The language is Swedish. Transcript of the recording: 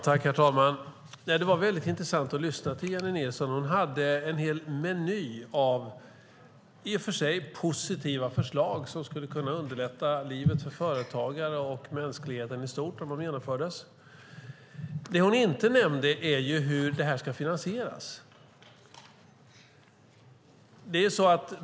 Herr talman! Det var väldigt intressant att lyssna till Jennie Nilsson. Hon hade en hel meny av i och för sig positiva förslag som skulle kunna underlätta livet för företagare och för mänskligheten i stort om de genomfördes. Det hon inte nämnde är hur det här ska finansieras.